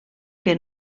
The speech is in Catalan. que